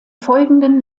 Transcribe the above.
folgenden